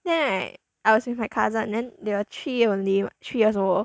then right I was with my cousin then they were three only three years old